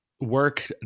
work